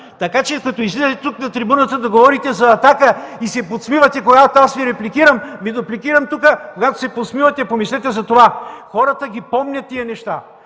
Така че като излизате на трибуната да говорите за „Атака” и се подсмивате, когато аз Ви репликирам и Ви дупликирам тук – когато се подсмивате, помислете за това! Хората помнят тези неща!